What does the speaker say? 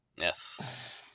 yes